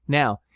now,